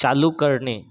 चालू करणे